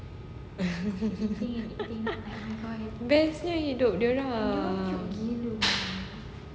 best nya hidup dia orang